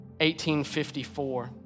1854